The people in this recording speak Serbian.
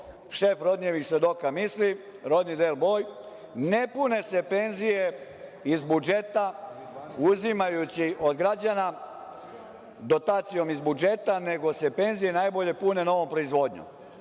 šef Rodnijevih svedoka misli, Rodni Del Boj. Ne pune se penzije iz budžeta uzimajući od građana dotacijom iz budžeta, nego se penzije najbolje pune novom proizvodnjom,